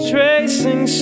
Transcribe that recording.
Tracing